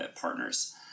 partners